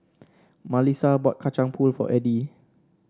Malissa bought Kacang Pool for Eddy